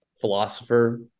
philosopher